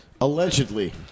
Allegedly